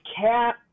cat